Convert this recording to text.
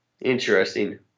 Interesting